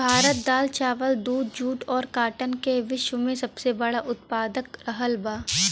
भारत दाल चावल दूध जूट और काटन का विश्व में सबसे बड़ा उतपादक रहल बा